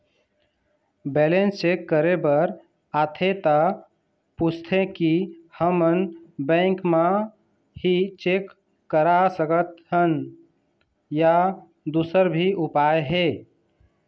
Balance check करे बर आथे ता पूछथें की हमन बैंक मा ही चेक करा सकथन या दुसर भी उपाय हे?